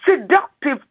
seductive